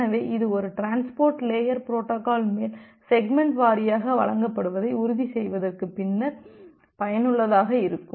எனவே இது ஒரு டிரான்ஸ்போர்ட் லேயர் புரோட்டோகால் மேல் செக்மெண்ட் வாரியாக வழங்கப்படுவதை உறுதி செய்வதற்கு பின்னர் பயனுள்ளதாக இருக்கும்